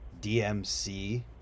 DMC